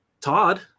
Todd